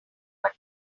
but